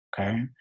Okay